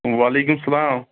وعلیکُم اسلام